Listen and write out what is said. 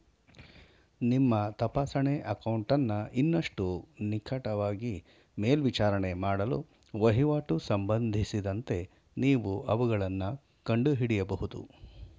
ನಿಮ್ಮ ತಪಾಸಣೆ ಅಕೌಂಟನ್ನ ಇನ್ನಷ್ಟು ನಿಕಟವಾಗಿ ಮೇಲ್ವಿಚಾರಣೆ ಮಾಡಲು ವಹಿವಾಟು ಸಂಬಂಧಿಸಿದಂತೆ ನೀವು ಅವುಗಳನ್ನ ಕಂಡುಹಿಡಿಯಬಹುದು